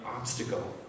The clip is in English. obstacle